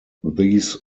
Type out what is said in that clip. these